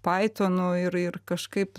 paitonu ir ir kažkaip